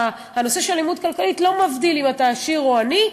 הנושא של אלימות כלכלית לא מבדיל בין עשיר לעני,